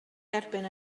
dderbyn